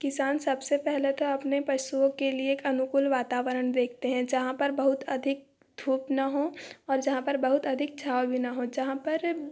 किसान सबसे पहले तो अपने पशुओं के लिए एक अनुकूल वातावरण देखते हैं जहाँ पर बहुत अधिक धूप ना हो और जहाँ पर बहुत अधिक छाँव भी ना हो जहाँ पर